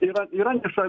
yra yra niša